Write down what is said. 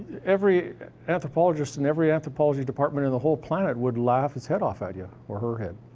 every anthropologist in every anthropology department in the whole planet would laugh his head off at you, or her head.